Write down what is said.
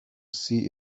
see